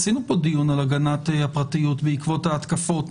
עשינו פה דיון על הגנת הפרטיות בעקבות ההתקפות